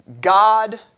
God